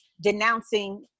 denouncing